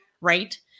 right